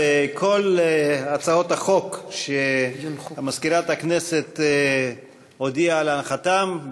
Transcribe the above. כל הצעות החוק שמזכירת הכנסת הודיעה על הנחתן,